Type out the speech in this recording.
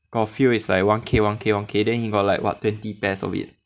got a few is like one K one K one K then he got like what twenty pairs of it